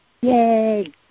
Yay